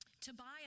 Tobiah